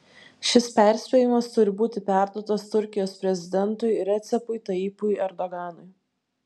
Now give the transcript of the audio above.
šis perspėjimas turi būti perduotas turkijos prezidentui recepui tayyipui erdoganui